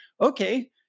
Okay